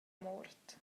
mort